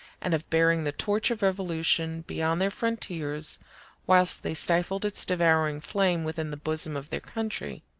and of bearing the torch of revolution beyond their frontiers whilst they stifled its devouring flame within the bosom of their country.